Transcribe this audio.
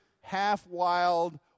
half-wild